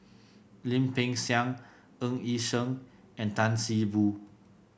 Lim Peng Siang Ng Yi Sheng and Tan See Boo